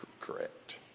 correct